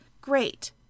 great